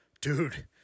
Dude